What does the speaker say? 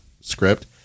script